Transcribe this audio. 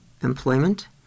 employment